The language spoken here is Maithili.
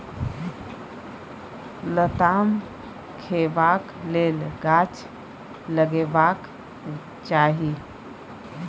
लताम खेबाक लेल गाछ लगेबाक चाही